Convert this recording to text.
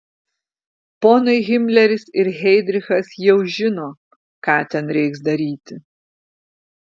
ponai himleris ir heidrichas jau žino ką ten reiks daryti